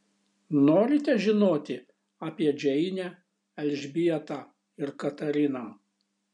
norite žinoti apie džeinę elžbietą ir katariną